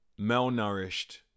malnourished